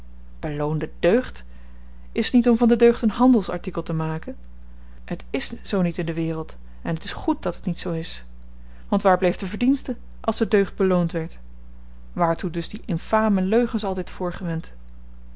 beloonde deugd is t niet om van de deugd een handelsartikel te maken het is zoo niet in de wereld en t is goed dat het niet zoo is want waar bleef de verdienste als de deugd beloond werd waartoe dus die infame leugens altyd voorgewend